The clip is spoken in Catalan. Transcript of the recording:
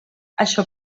això